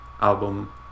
album